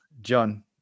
John